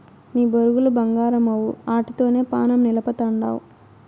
నీ బొరుగులు బంగారమవ్వు, ఆటితోనే పానం నిలపతండావ్